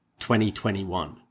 2021